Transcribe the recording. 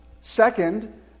Second